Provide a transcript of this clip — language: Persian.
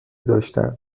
داشتن